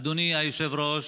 אדוני היושב-ראש,